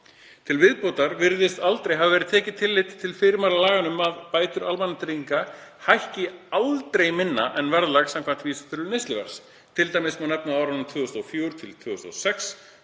Til viðbótar virðist aldrei hafa verið tekið tillit til fyrirmæla laganna um að bætur almannatrygginga „hækki aldrei minna en verðlag samkvæmt vísitölu neysluverðs“. Til dæmis má nefna að á árunum 2004–2006,